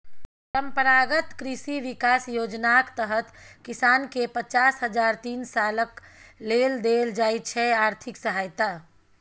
परंपरागत कृषि बिकास योजनाक तहत किसानकेँ पचास हजार तीन सालक लेल देल जाइ छै आर्थिक सहायता